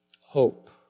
Hope